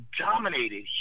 dominated